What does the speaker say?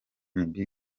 bieber